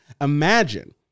Imagine